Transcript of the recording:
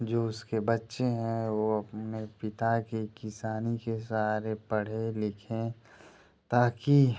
जो उसके बच्चे हैं वो अपने पिता के किसानी के सहारे पढ़े लिखें ताकि